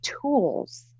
tools